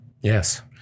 Yes